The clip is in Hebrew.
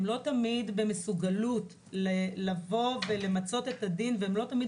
לא תמיד הם במסוגלות לבוא ולמצות את הדין והם לא תמיד